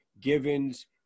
Givens